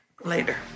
later